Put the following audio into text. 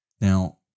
Now